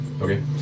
Okay